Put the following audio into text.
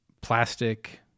plastic